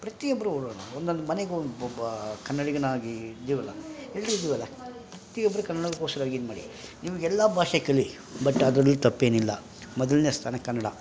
ಪ್ರತಿಯೊಬ್ಬರೂ ಹೋಗೋಣ ಒಂದೊಂದು ಮನೆಗೂ ಒಬ್ಬೊಬ್ಬ ಕನ್ನಡಿಗನಾಗಿ ಇದೀವಲ್ಲ ಎಲ್ಲರೂ ಇದೀವಲ್ಲ ಪ್ರತಿಯೊಬ್ಬರೂ ಕನ್ನಡಕ್ಕೋಶ್ಕರ್ವಾಗಿ ಇದ್ಮಾಡಿ ನಿಮ್ಗೆ ಎಲ್ಲಾ ಭಾಷೆ ಕಲಿ ಬಟ್ ಅದರಲ್ಲಿ ತಪ್ಪೇನಿಲ್ಲ ಮೊದಲನೇ ಸ್ಥಾನ ಕನ್ನಡ